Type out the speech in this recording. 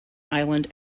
island